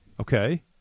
Okay